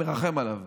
מרחם עליו.